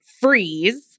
freeze